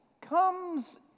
comes